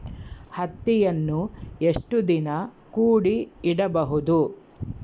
ಹತ್ತಿಯನ್ನು ಎಷ್ಟು ದಿನ ಕೂಡಿ ಇಡಬಹುದು?